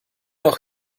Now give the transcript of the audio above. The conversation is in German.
auch